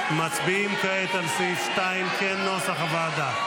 מצביעים כעת על סעיף 2 כנוסח הוועדה.